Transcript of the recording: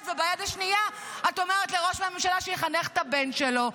וביד השנייה את אומרת לראש ממשלה שיחנך את הבן שלו.